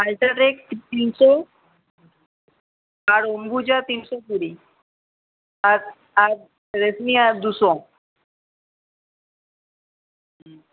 UltraTech তিনশো আর অম্বুজা তিনশো কুড়ি আর আর রেডমিয়ার দুশো